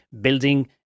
building